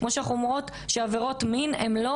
כמו שאנחנו אומרות - עבירות מין הן לא